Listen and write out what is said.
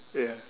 ya